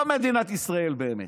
לא מדינת ישראל באמת.